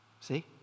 See